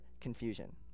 confusion